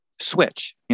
switch